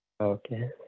Okay